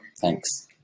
Thanks